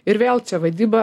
ir vėl čia vaidyba